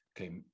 Okay